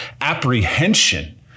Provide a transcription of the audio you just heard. apprehension